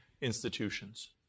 institutions